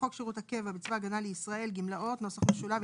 בחוק שירות הקבע בצבא הגנה לישראל (גמלאות) (נוסח משולב),